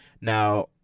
Now